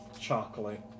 chocolate